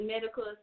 medical